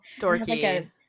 Dorky